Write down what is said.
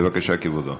בבקשה, כבודו.